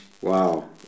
wow